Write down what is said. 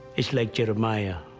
it's like jeremiah.